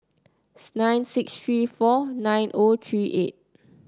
nine six three four nine O three eight